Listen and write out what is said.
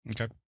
Okay